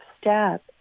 step